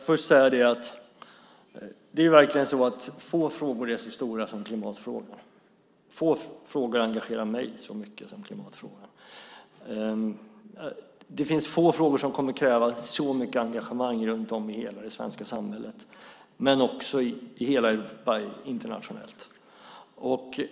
Fru talman! Det är verkligen så att få frågor är så stora som klimatfrågan. Få frågor engagerar mig lika mycket som just klimatfrågan. Det är också få frågor som kommer att kräva lika mycket engagemang runt om i hela det svenska samhället men också i hela Europa och internationellt.